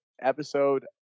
episode